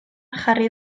jarri